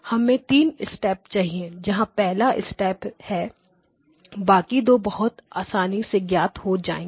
हमें 3 स्टेप चाहिए यह पहला स्टेप है बाकी दो बहुत आसानी से ज्ञात हो जाएंगे